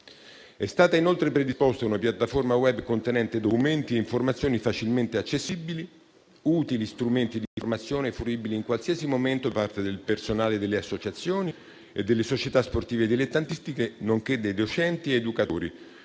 È stata inoltre predisposta una piattaforma *web* contenente documenti e informazioni facilmente accessibili e utili strumenti di formazione fruibili in qualsiasi momento da parte del personale delle associazioni e delle società sportive dilettantistiche, nonché dei docenti ed educatori,